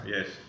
Yes